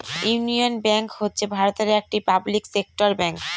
union Bank হচ্ছে ভারতের একটি পাবলিক সেক্টর ব্যাঙ্ক